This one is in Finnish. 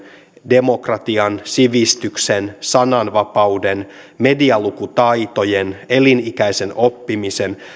demokratian sivistyksen sananvapauden medialukutaitojen elinikäisen oppimisen